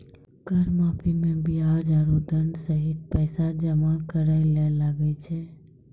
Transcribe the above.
कर माफी मे बियाज आरो दंड सहित पैसा जमा करे ले लागै छै